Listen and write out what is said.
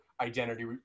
identity